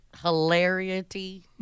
hilarity